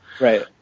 right